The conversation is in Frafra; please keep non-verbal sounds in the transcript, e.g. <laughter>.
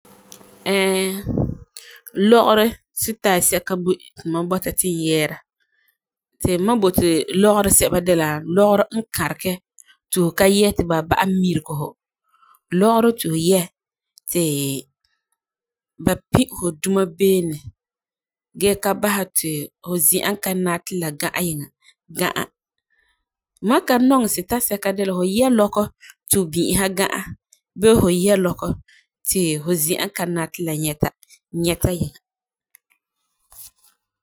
<hesitation> lɔgerɔ sitie sɛka boi ti ma bɔta ti n yɛɛra ti ma boti mam boti lɔgesɛba de la lɔgerɔ n karege ti fu ka yɛti la ma'a mirigi fu. Lɔgerɔ ti fu yɛ ti ba pi fu duma beene gee ka basɛ ti fu zi'an n ka nari ti la ga'a yiŋa ga'a. Mam ka nɔŋɛ sitie sɛka de la fu yɛ lɔkɔ ti fu bi'isa bii fu yɛ lɔkɔ ti fu zi'an n ka nari ti la nyɛta nyɛta yiŋa.